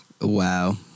Wow